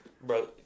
Bro